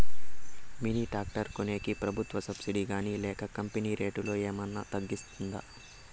Mini tractor కొనేకి ప్రభుత్వ subsidy గాని లేక కంపెని రేటులో ఏమన్నా తగ్గిస్తుందా?